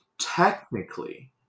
technically